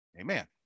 Amen